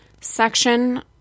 section